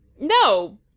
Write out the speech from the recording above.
No